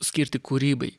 skirti kūrybai